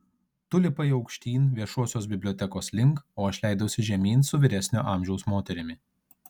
tu lipai aukštyn viešosios bibliotekos link o aš leidausi žemyn su vyresnio amžiaus moterimi